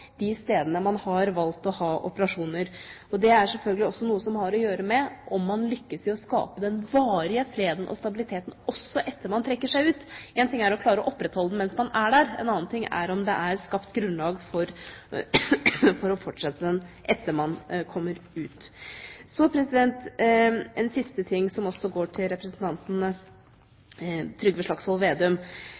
de stedene man har valgt å ha operasjoner? Det er selvfølgelig også noe som har å gjøre med om man lykkes i å skape den varige freden og stabiliteten også etter at man trekker seg ut. Én ting er å klare å opprettholde den mens man er der, en annen ting er om det er skapt grunnlag for å fortsette den etter at man kommer ut. Så en siste ting, som også går til representanten Trygve Slagsvold Vedum: